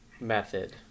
method